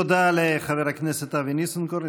תודה לחבר הכנסת אבי ניסנקורן,